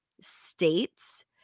states